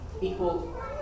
equal